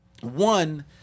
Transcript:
one